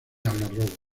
algarrobos